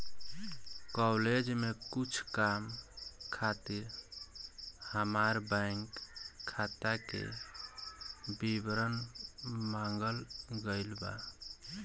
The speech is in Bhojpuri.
कॉलेज में कुछ काम खातिर हामार बैंक खाता के विवरण मांगल गइल बा